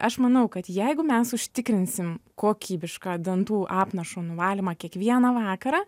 aš manau kad jeigu mes užtikrinsim kokybišką dantų apnašų nuvalymą kiekvieną vakarą